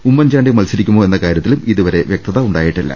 ഉമ്മൻചാണ്ടി മത്സരിക്കുമോ എന്ന കാര്യ ത്തിലും ഇതുവരെ വ്യക്തത ഉണ്ടായിട്ടില്ല